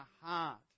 heart